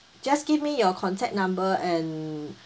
just give me your contact number and